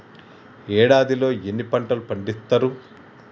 ఏడాదిలో ఎన్ని పంటలు పండిత్తరు?